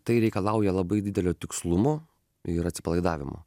tai reikalauja labai didelio tikslumo ir atsipalaidavimo